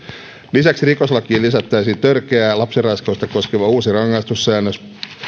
lisäksi rikoslakiin lisättäisiin törkeää lapsenraiskausta koskeva uusi rangaistussäännös